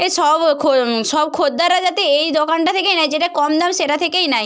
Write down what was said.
এ সব সব খদ্দেররা যাতে এই দোকানটা থেকেই নেয় যেটা কম দাম সেটা থেকেই নেয়